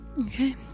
Okay